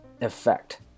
effect